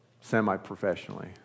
semi-professionally